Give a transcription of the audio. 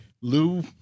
Lou